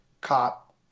cop